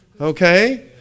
okay